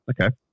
Okay